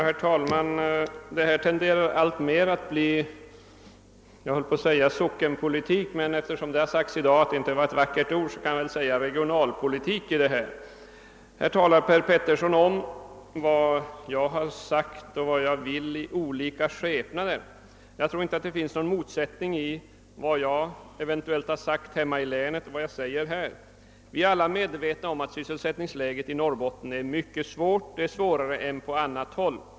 Herr talman! Detta tenderar alltmera att bli, jag höll på att säga sockenpolitik, men eftersom det har sagts tidigare i dag att det inte är något vackert ord kan jag i stället säga regionalpolitik. Herr Petersson i Gäddvik talar om vad jag sagt och vad jag vill i olika skepnader. Jag tror inte att det finns någon motsättning i vad jag eventuellt sagt hemma i länet och vad jag säger här. Vi är alla medvetna om att sysselsättningsläget i Norrbotten är mycket svårt, svårare än på andra håll.